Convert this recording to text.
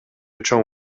чоң